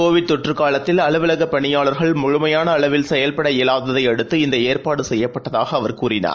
Covid தொற்று காலத்தில் அலுவலக பணியாளர்கள் முழுமையான அளவில் செயல்பட இயலாததை யடுத்து இந்த ஏற்பாடு செய்யப்பட்டதாக அவர் கூறினார்